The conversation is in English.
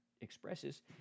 expresses